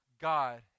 God